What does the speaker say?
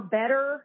better